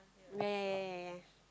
yeah yeah yeah yeah yeah